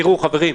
חברים,